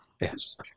Yes